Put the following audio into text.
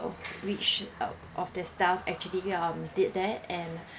which of of the staff actually um did that and